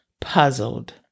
puzzled